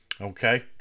Okay